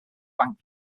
bank